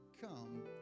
come